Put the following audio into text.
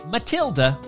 Matilda